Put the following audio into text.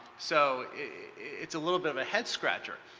so it's a little bit of a head scratcher.